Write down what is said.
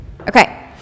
Okay